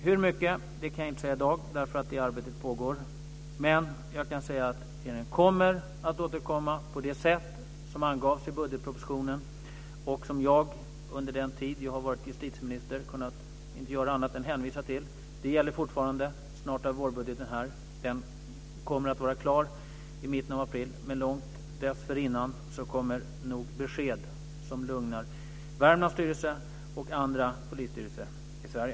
Hur mycket kan jag inte säga i dag, för det arbetet pågår. Men jag kan säga att regeringen kommer att återkomma på det sätt som angavs i budgetpropositionen och som jag, under den tid då jag har varit justitieminister, inte har kunnat göra annat än hänvisa till. Det gäller fortfarande. Snart är vårbudgeten här. Den kommer att vara klar i mitten av april, men långt dessförinnan kommer nog besked som lugnar Värmlands polisstyrelse och andra polisstyrelser i Sverige.